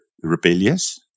rebellious